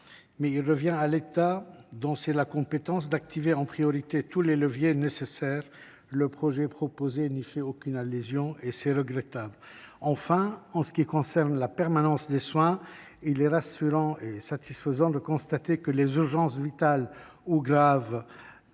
mais il revient à l’État, dont c’est la compétence, d’activer en priorité tous les leviers nécessaires. Le texte proposé n’y fait pas allusion, et c’est bien regrettable. Enfin, en ce qui concerne la permanence des soins, il est rassurant et satisfaisant de constater que les urgences vitales ou graves